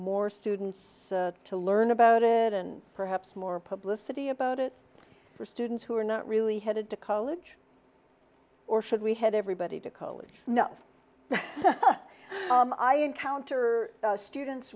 more students to learn about it and perhaps more publicity about it for students who are not really headed to college or should we head everybody to college no i encounter students